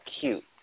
cute